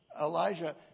Elijah